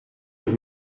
und